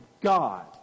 God